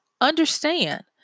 understand